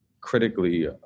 critically